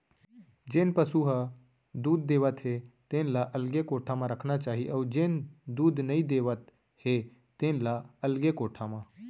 जेन पसु ह दूद देवत हे तेन ल अलगे कोठा म रखना चाही अउ जेन दूद नइ देवत हे तेन ल अलगे कोठा म